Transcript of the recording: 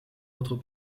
votre